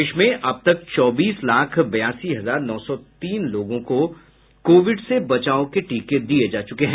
प्रदेश में अब तक चौबीस लाख बयासी हजार नौ सौ तीन लोगों को कोविड से बचाव के टीके दिये जा चुके हैं